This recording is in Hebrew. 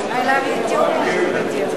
נתקבל.